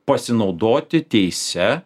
pasinaudoti teise